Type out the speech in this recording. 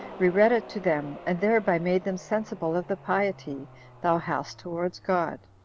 we read it to them, and thereby made them sensible of the piety thou hast towards god.